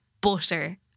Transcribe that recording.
Butter